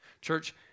Church